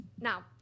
Now